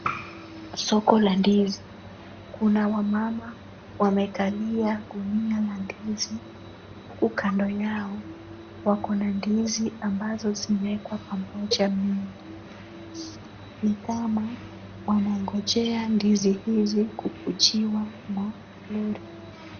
Soko la ndizi, kuna wamama wamekalia gunia la ndizi, huku kando yao wako na ndizi ambazo zimewekwa pamoja mingi, ni kama wanangojea ndizi hizi kukujiwa na lori.